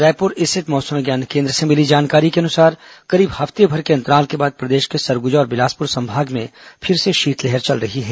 रायपुर स्थित मौसम विज्ञान केन्द्र से मिली जानकारी के अनुसार करीब हफ्तेभर के अंतराल के बाद प्रदेश के सरगुजा और बिलासपुर संभाग में फिर से शीतलहर चल रही है